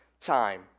time